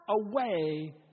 away